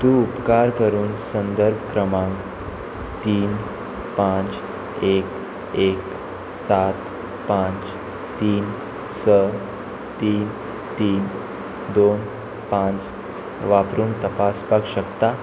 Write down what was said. तूं उपकार करून संदर्भ क्रमांक तीन पांच एक एक सात पांच तीन स तीन तीन दोन पांच वापरून तपासपाक शकता